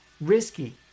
risky